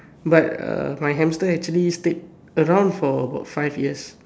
but uh my hamster actually stayed around for about five years